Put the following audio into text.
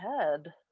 head